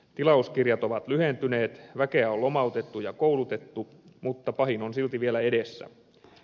tilauskirjat ovat lyhentyneet väkeä on lomautettu ja koulutettu mutta pahin on silti vielä edessä